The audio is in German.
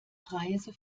preise